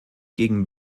gegen